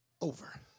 over